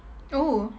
oh